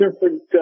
different